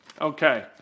Okay